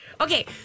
Okay